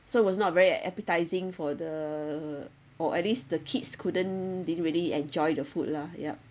so it was not very appetizing for the or at least the kids couldn't didn't really enjoy the food lah yup